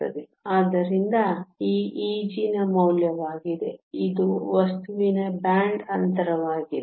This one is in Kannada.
ಆದ್ದರಿಂದ ಇದು Eg ನ ಮೌಲ್ಯವಾಗಿದೆ ಇದು ವಸ್ತುವಿನ ಬ್ಯಾಂಡ್ ಅಂತರವಾಗಿದೆ